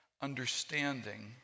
understanding